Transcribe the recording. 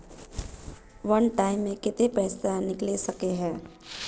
वन time मैं केते पैसा निकले सके है?